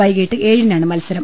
വൈകിട്ട് ഏഴിനാണ് മത്സരം